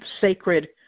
sacred